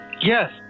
Yes